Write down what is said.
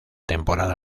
temporada